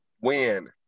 Win